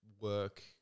work